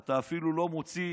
אתה אפילו לא מוציא